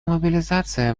мобилизация